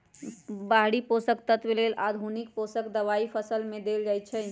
बाहरि पोषक लेल आधुनिक पोषक दबाई फसल में देल जाइछइ